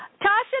Tasha